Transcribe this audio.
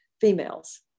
females